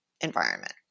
environment